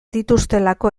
dituztelako